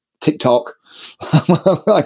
tiktok